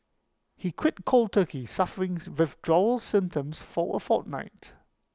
he quit cold turkey suffering withdrawal symptoms for A fortnight